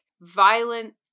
violent